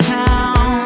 town